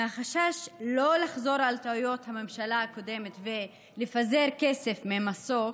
מהחשש שלא לחזור על טעויות הממשלה הקודמת ולפזר כסף ממסוק,